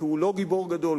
כי הוא לא גיבור גדול.